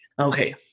Okay